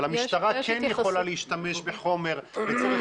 אבל המשטרה כן יכולה להשתמש בחומר לצורך